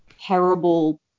terrible